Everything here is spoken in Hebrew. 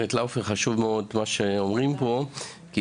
גברת לאופר, מה שאומרים פה חשוב מאוד, כי